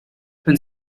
hun